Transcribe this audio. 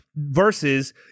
Versus